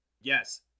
Yes